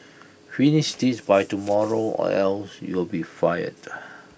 finish this by tomorrow or else you'll be fired